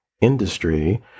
industry